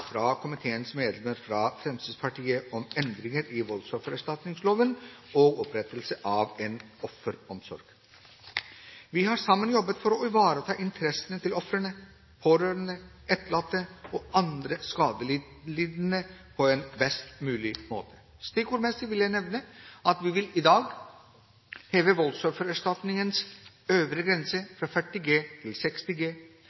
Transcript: fra komiteens medlemmer fra Fremskrittspartiet om endringer i voldsoffererstatningsloven og opprettelse av en offeromsorg. Vi har sammen jobbet for å ivareta interessene til ofrene, pårørende, etterlatte og andre skadelidende på en best mulig måte. Stikkordmessig vil jeg nevne at vi i dag vil: heve voldsoffererstatningens øvre grense fra 40 G